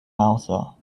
mouser